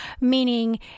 Meaning